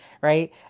Right